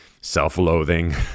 self-loathing